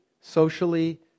socially